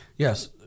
Yes